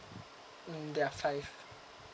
mm there are five